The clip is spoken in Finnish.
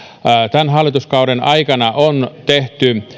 tämän hallituskauden aikana on tehty